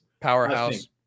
powerhouse